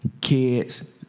Kids